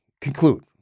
conclude